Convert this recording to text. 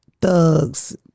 thugs